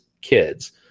kids